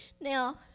Now